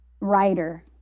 writer